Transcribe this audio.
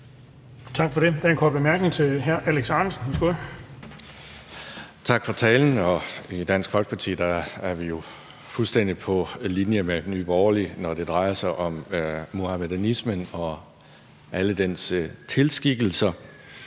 Tak for det. Der er en kort bemærkning til fru Mette Thiesen,